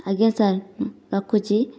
ଆଜ୍ଞା ସାର୍ ମୁଁ ରଖୁଛି